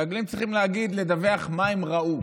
המרגלים צריכים לדווח מה הם ראו,